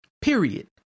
period